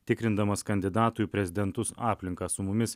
tikrindamas kandidatų į prezidentus aplinką su mumis